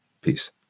Peace